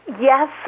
Yes